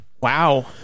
Wow